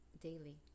daily